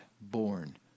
born